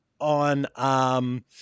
on –